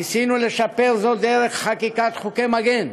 ניסינו לשפר זאת דרך חקיקת חוקי מגן.